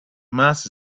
mars